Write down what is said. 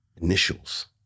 Initials